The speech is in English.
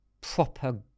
proper